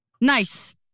Nice